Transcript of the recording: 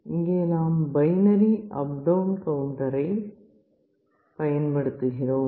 இங்கே நாம் binary up down கவுண்டரை பயன்படுத்துகிறோம்